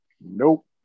nope